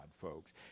folks